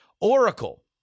Oracle